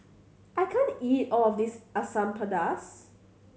I can't eat all of this Asam Pedas